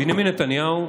בנימין נתניהו,